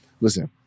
Listen